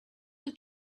told